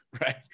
right